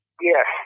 Yes